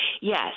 Yes